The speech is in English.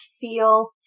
feel